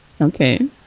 Okay